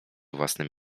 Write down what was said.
własnym